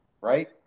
right